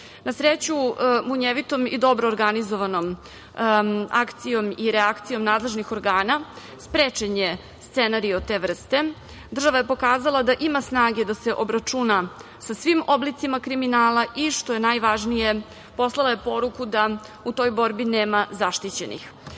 Na sreću, munjevitom i dobro organizovanom akcijom i reakcijom nadležnih organa sprečen je scenario te vrste. Država je pokazala da ima snage da se obračuna sa svim oblicima kriminala i što je najvažnije poslala je poruku da u toj borbi nema zaštićenih.